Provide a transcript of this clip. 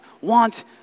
want